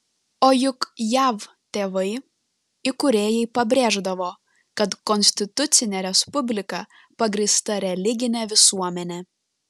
o juk jav tėvai įkūrėjai pabrėždavo kad konstitucinė respublika pagrįsta religine visuomene